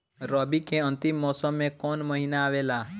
रवी के अंतिम मौसम में कौन महीना आवेला?